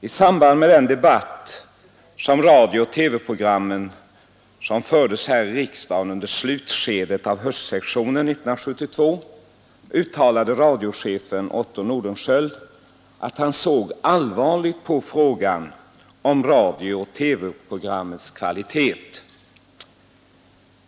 I samband med den debatt om radiooch TV-programmen som fördes här i riksdagen under slutskedet av höstsessionen 1972 uttalade radiochefen Otto Nordenskiöld att han såg allvarligt på frågan om radiooch TV-programmens kvalitet.